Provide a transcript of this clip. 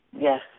Yes